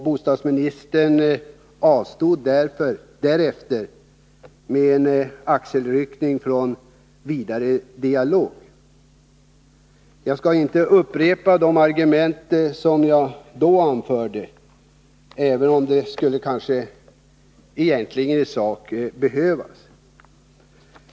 Bostadsministern avstod därefter med en axelryckning från vidare dialog. Jag skall inte upprepa de argument som jag då anförde, även om det egentligen i sak skulle behövas.